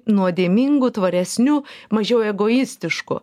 nuodėmingu tvaresniu mažiau egoistišku